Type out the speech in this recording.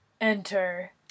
Enter